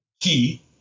key